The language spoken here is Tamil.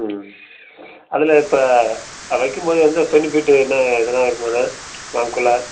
ம் அதில் இப்போ அது வைக்கும்போது எந்த சென்டிமீட்ரு என்ன எதனால் இருக்குமாங்ண்ணா வாங்கக்குள்ளே